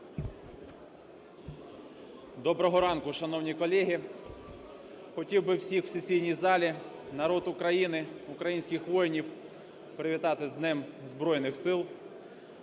Доброго ранку, шановні колеги! Хотів би всіх в сесійній залі, народ України, українських воїнів привітати з Днем Збройних Сил